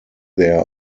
their